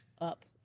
up